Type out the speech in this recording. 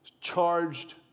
charged